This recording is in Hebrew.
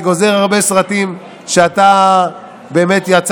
אני גוזר הרבה סרטים שאתה יצרת,